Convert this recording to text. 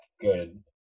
good